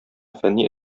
фәнни